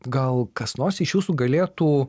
gal kas nors iš jūsų galėtų